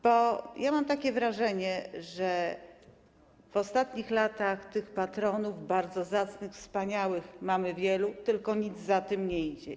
Bo ja mam takie wrażenie, że w ostatnich latach tych patronów bardzo zacnych, wspaniałych mamy wielu, tylko nic za tym nie idzie.